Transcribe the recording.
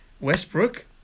Westbrook